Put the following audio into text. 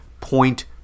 point